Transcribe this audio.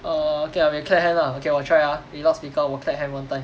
err okay ah we clap hand lah okay 我 try ah we off speaker 我 clap hand one time